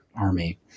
army